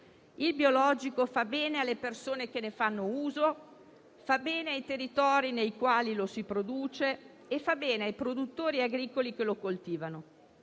il biologico fa bene alle persone che ne fanno uso, fa bene ai territori nei quali si produce e fa bene ai produttori agricoli che lo coltivano.